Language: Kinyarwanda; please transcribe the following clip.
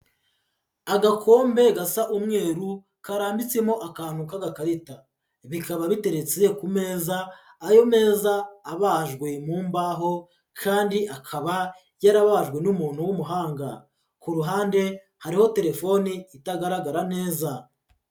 Agakombe gasa umweru karambitsemo akantu k'agakarita, bikaba biteretse ku meza, ayo meza abajwe mu mbaho kandi akaba yarabajwe n'umuntu w'umuhanga, ku ruhande hariho telefoni itagaragara neza.